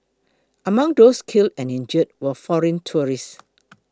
among those killed and injured were foreign tourists